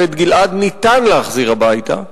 ואת גלעד ניתן להחזיר הביתה,